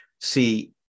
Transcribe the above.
See